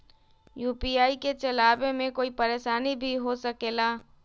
UPI के चलावे मे कोई परेशानी भी हो सकेला?